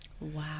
Wow